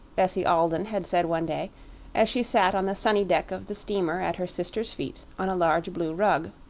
bessie alden had said one day as she sat on the sunny deck of the steamer at her sister's feet on a large blue rug.